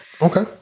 Okay